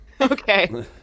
Okay